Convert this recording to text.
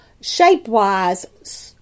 shape-wise